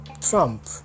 Trump